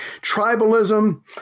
tribalism